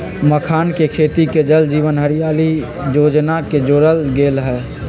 मखानके खेती के जल जीवन हरियाली जोजना में जोरल गेल हई